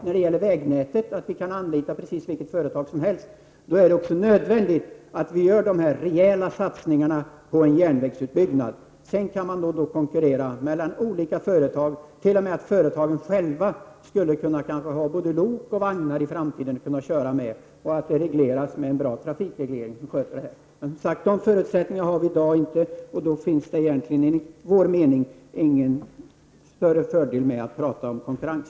För att vi skall bli trovärdiga när vi går ut med ett konkurrensresonemang för järnväg är det nödvändigt att vi gör rejäla satsningar på en järnvägsutbyggnad. Därefter kan man få en konkurrens mellan olika företag. Det kan t.o.m. bli så att företagen själva kan ha både lok och vagnar i framtiden som de kan köra med. Detta kan då regleras med en bra trafikreglering. Men, som sagt, vi har i dag ännu inte dessa förutsättningar. Det finns då enligt vår mening ingen större fördel med att diskutera konkurrens.